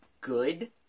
good